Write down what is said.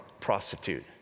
prostitute